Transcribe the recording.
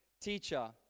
Teacher